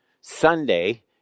sunday